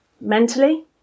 mentally